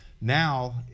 now